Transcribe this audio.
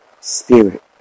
Spirit